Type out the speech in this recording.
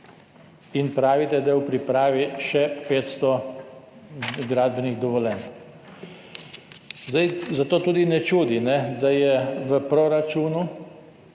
in pravite, da je v pripravi še 500 gradbenih dovoljenj. Zato tudi ne čudi, da je v proračunu